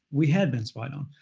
we had been spied on.